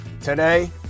today